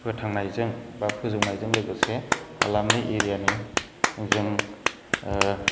फोथांनायजों बा फोजौंनायजों लोगोसे हालामनि एरियानि जों ओ